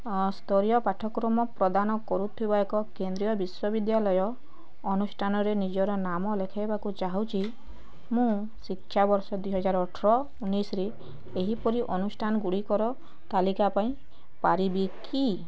ସ୍ତରୀୟ ପାଠ୍ୟକ୍ରମ ପ୍ରଦାନ କରୁଥିବା ଏକ କେନ୍ଦ୍ରୀୟ ବିଶ୍ୱବିଦ୍ୟାଳୟ ଅନୁଷ୍ଠାନରେ ନିଜର ନାମ ଲେଖାଇବାକୁ ଚାହୁଁଛି ମୁଁ ଶିକ୍ଷାବର୍ଷ ଦୁଇହଜାର ଅଠର ଉଣେଇଶିରେ ଏହିପରି ଅନୁଷ୍ଠାନଗୁଡ଼ିକର ତାଲିକା ପାଇ ପାରିବି କି